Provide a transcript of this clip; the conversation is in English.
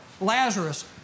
Lazarus